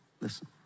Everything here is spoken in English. Listen